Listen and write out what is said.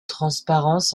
transparence